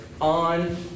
On